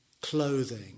clothing